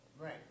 right